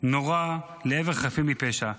יורה לעבר חפים מפשע.